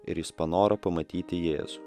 ir jis panoro pamatyti jėzų